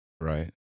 Right